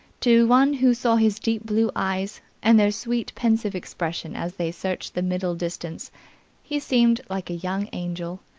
to one who saw his deep blue eyes and their sweet, pensive expression as they searched the middle distance he seemed like a young angel.